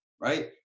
right